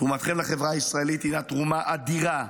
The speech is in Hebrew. תרומתכם לחברה הישראלית הינה תרומה אדירה,